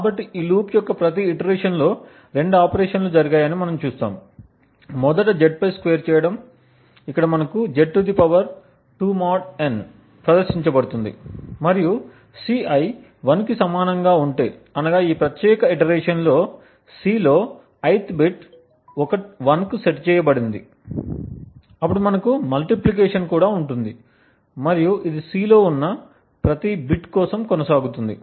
కాబట్టి ఈ లూప్ యొక్క ప్రతి ఇటరేషన్లో రెండు ఆపరేషన్లు జరిగాయని మనం చూస్తాము మొదట Z పై స్క్వేర్ చేయడం ఇక్కడ మనకు Z 2 mod n ప్రదర్శించబడుతుంది మరియు Ci 1 కి సమానంగా ఉంటే అనగా ఈ ప్రత్యేక ఇటరేషన్ లో C లో ith బిట్ 1 కు సెట్ చేయబడింది అప్పుడు మనకు మల్టిప్లికేషన్ కూడా ఉంటుంది మరియు ఇది C లో ఉన్న ప్రతి బిట్ కోసం కొనసాగుతుంది